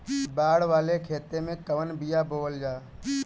बाड़ वाले खेते मे कवन बिया बोआल जा?